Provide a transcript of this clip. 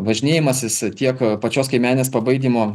važinėjimasis tiek pačios kaimenės pabaidymo